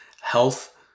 health